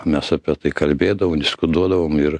mes apie tai kalbėdavom diskutuodavom ir